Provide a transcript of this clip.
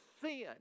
sin